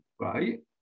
right